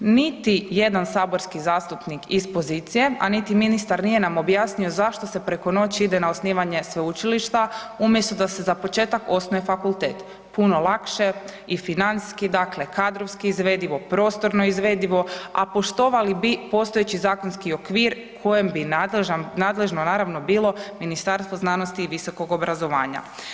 Niti jedan saborski zastupnik iz pozicije, a niti ministar nije nam objasnio zašto se preko noći ide na osnivanje sveučilišta umjesto da se za početak osnuje fakultet, puno lakše i financijski, dakle kadrovski izvedivo, prostorno izvedivo, a poštovali bi postojeći zakonski okvir kojem bi nadležan, nadležno naravno bilo Ministarstvo znanosti i visokog obrazovanja?